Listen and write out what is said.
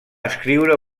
escriure